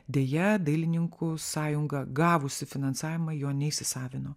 deja dailininkų sąjunga gavusi finansavimą jo neįsisavino